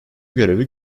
görevi